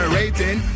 rating